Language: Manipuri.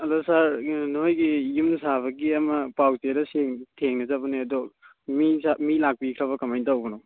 ꯑꯗꯣ ꯁꯥꯔ ꯅꯈꯣꯏꯒꯤ ꯌꯨꯝ ꯁꯥꯕꯒꯤ ꯑꯃ ꯄꯥꯎ ꯆꯦꯗ ꯁꯨꯝ ꯊꯦꯡꯅꯖꯕꯅꯦ ꯑꯗꯣ ꯃꯤ ꯂꯥꯛꯄꯤꯈ꯭ꯔꯕꯔꯥ ꯀꯃꯥꯏ ꯇꯧꯕꯅꯣ